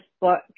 book